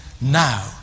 now